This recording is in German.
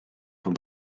vom